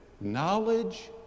knowledge